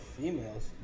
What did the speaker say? females